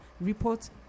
report